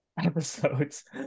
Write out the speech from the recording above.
Episodes